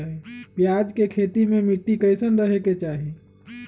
प्याज के खेती मे मिट्टी कैसन रहे के चाही?